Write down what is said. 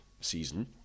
season